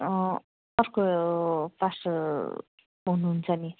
अर्को पास्टर हुनुहुन्छ नि